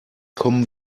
kommen